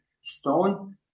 stone